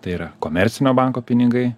tai yra komercinio banko pinigai